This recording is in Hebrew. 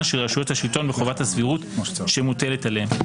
של רשויות השלטון בחובת הסבירות המוטלת עליהן.